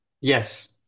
Yes